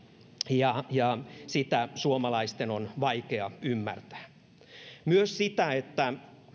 ja ja sitä suomalaisten on vaikea ymmärtää ja myös sitä että